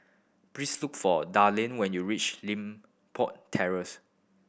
please look for Darlene when you reach Limpok Terrace